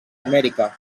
amèrica